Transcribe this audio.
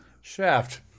Shaft